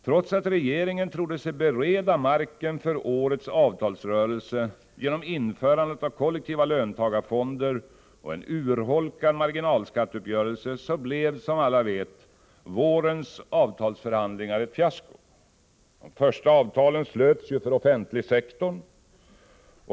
Trots att regeringen trodde sig bereda marken för årets avtalsrörelse genom införandet av kollektiva löntagarfonder och genom en urholkad marginalskatteuppgörelse, blev, som vi alla vet, vårens avtalsförhandlingar ett fiasko. De första avtalen slöts för offentligsektorn.